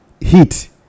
heat